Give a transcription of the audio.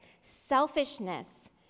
Selfishness